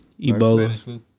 Ebola